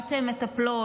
הכשרת מטפלות,